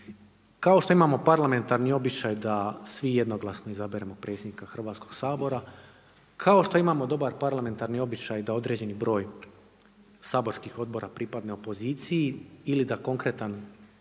Kao što imamo parlamentarni običaj da svi jednoglasno izaberemo predsjednika Hrvatskog sabora, kao što imamo dobar parlamentarni običaj da određeni broj saborskih odbora pripadne opoziciji ili da konkretan